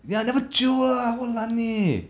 ya never jio lah !wahlan! eh